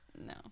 No